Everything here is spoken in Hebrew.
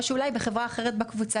או שאולי בחברה אחרת בקבוצה?